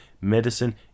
medicine